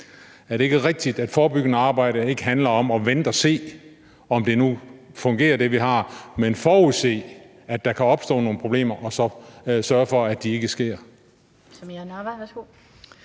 Er det ikke rigtigt, at forebyggende arbejde ikke handler om at vente og se, om det, vi nu har, fungerer, men forudse, at der kan opstå nogle problemer, og så sørge for, at det ikke sker?